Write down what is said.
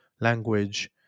language